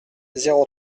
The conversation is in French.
zéro